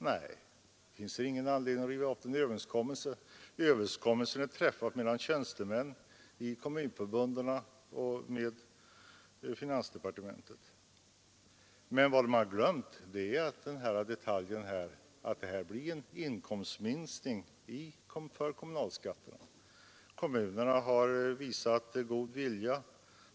Nej, det finns ingen anledning att riva upp en överenskommelse som är träffad mellan tjänstemän i kommunförbunden och finansdepartementet. Men vad de har glömt är den detaljen att det här blir en minskning av inkomsterna från kommunalskatterna. Kommunerna har visat god vilja.